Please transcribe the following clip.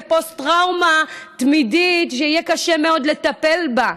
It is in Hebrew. כפוסט-טראומה תמידית שיהיה קשה מאוד לטפל בה.